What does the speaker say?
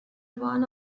one